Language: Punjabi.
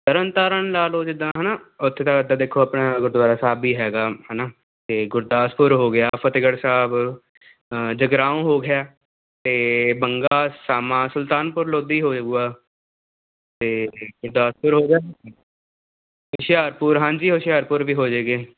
ਤਰਨਤਾਰਨ ਲਾ ਲਓ ਜਿੱਦਾਂ ਹੈ ਨਾ ਉੱਥੇ ਦਾ ਅੱਡਾ ਦੇਖੋ ਆਪਣਾ ਗੁਰਦੁਆਰਾ ਸਾਹਿਬ ਵੀ ਹੈਗਾ ਹੈ ਨਾ ਅਤੇ ਗੁਰਦਾਸਪੁਰ ਹੋ ਗਿਆ ਫਤਿਹਗੜ੍ਹ ਸਾਹਿਬ ਜਗਰਾਉਂ ਹੋ ਗਿਆ ਅਤੇ ਬੰਗਾ ਸਾਮਾ ਸੁਲਤਾਨਪੁਰ ਲੋਧੀ ਹੋ ਜਾਵੇਗਾ ਅਤੇ ਗੁਰਦਾਸਪੁਰ ਹੋ ਗਿਆ ਨਾ ਹੁਸ਼ਿਆਰਪੁਰ ਹਾਂਜੀ ਹੁਸ਼ਿਆਰਪੁਰ ਵੀ ਹੋ ਜਾਵੇਗੀ